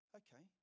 okay